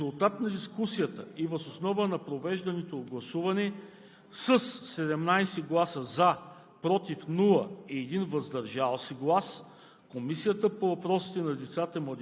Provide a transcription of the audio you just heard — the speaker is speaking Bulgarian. родени преди години извън брак и припознати от други мъже. В резултат на дискусията и въз основа на проведеното гласуване със 17 гласа